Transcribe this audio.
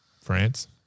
France